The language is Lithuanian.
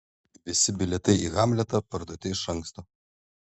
visi bilietai į hamletą parduoti iš anksto